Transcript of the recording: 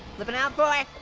flipping out for